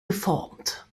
geformt